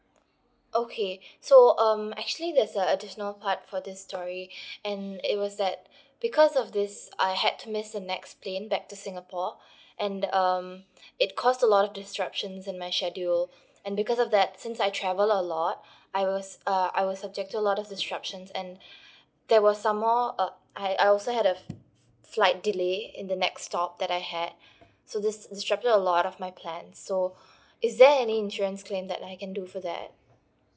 okay so um actually there's a additional part for this story and it was that because of this I had to miss the next plane back to singapore and um it caused a lot of disruptions in my schedule and because of that since I travel a lot I was uh I was subject to a lot of disruptions and there were some more uh I I also had a flight delay in the next stop that I had so this disrupted a lot of my plans so is there any insurance claim that I can do for that